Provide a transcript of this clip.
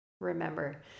remember